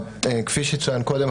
כפי שצוין קודם,